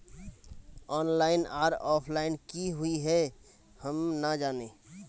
Online आर offline की हुई है हम ना जाने?